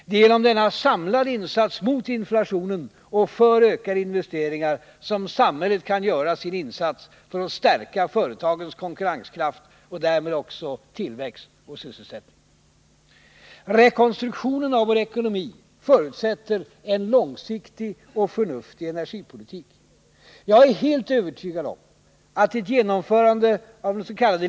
Det är genom denna samlade insats mot inflationen och för ökade investeringar som samhället kan göra sin insats för att stärka företagens konkurrenskraft och därmed också tillväxt och sysselsättning. Rekonstruktionen av vår ekonomi förutsätter en långsiktig och förnuftig energipolitik. Jag är helt övertygad om att ett genomförande av dens.k.